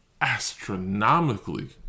astronomically